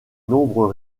nombres